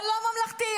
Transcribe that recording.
הלא-ממלכתי,